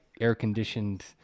air-conditioned